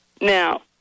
Now